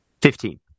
Fifteen